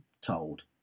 told